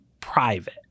private